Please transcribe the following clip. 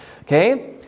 Okay